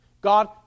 god